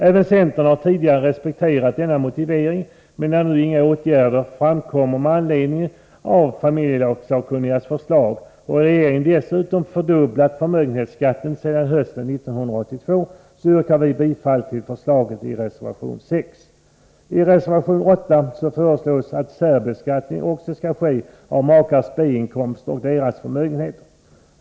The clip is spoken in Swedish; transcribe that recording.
Även centern har tidigare respekterat denna motivering, men när nu inga åtgärder vidtas med anledning av familjelagsakkunnigas förslag och regeringen dessutom fördubblat förmögenhetsskatten sedan hösten 1982, yrkar vi bifall till förslaget i reservation 6. I reservation 8 föreslås att särbeskattning också skall ske av makars B-inkomster och av deras förmögenheter.